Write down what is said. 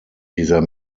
dieser